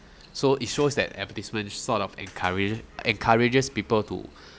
so it shows that advertisement sort of encourages encourages people to